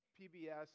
PBS